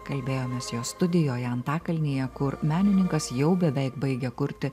kalbėjomės jo studijoje antakalnyje kur menininkas jau beveik baigia kurti